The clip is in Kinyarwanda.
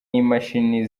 imashini